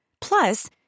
Plus